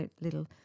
little